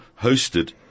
hosted